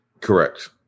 Correct